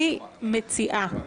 אני מציעה,